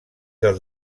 dels